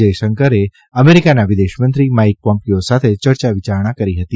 જયશંકરે અમેરિકાના વિદેશમંત્રી માઈક પોમ્પીયો સાથે ચર્ચા વિચારણા કરી હતી